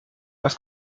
was